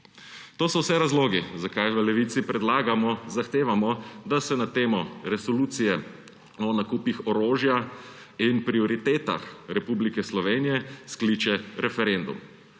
To so vse razlogi, zakaj v Levici predlagamo, zahtevamo, da se na temo resolucije o nakupih orožja in prioritetah Republike Slovenije skliče referendum.